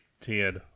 Ten